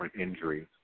injuries